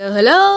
Hello